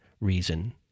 reason